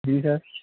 जी sir